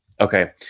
Okay